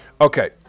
Okay